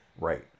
right